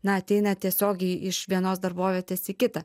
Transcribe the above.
na ateina tiesiogiai iš vienos darbovietės į kitą